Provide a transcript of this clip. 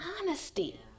honesty